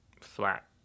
Flat